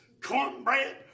cornbread